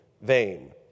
vain